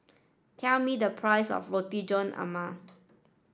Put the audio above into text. tell me the price of Roti John